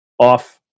off